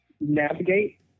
navigate